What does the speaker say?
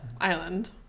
island